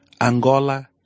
Angola